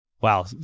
wow